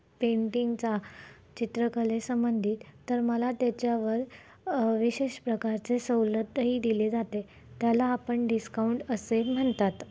पेंटिंगचा चित्रकले संबंधित तर मला त्याच्यावर विशेष प्रकारचे सवलतही दिले जाते त्याला आपण डिस्काउंट असे म्हणतात